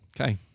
Okay